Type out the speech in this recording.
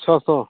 सौ सौ